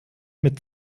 mit